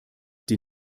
die